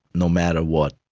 no matter what.